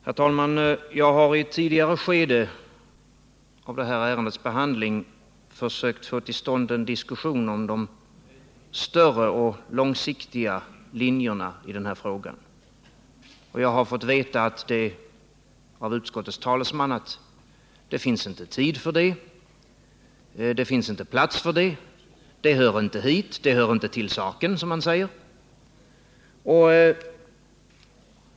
Herr talman! Jag har i ett tidigare skede av det här ärendets behandling försökt få till stånd en diskussion om de större och långsiktiga linjerna i frågan, och jag har fått veta av utskottets talesman att det finns inte tid för det. Det finns inte plats för det, det hör inte hit. Det hör inte till saken, som han säger.